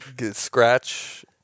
scratch